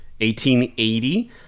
1880